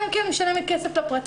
אלא אם כן אני משלמת כסף לפרטי.